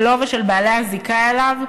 שלו ושל בעלי הזיקה אליו,